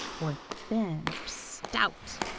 or thin or stout,